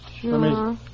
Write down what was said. Sure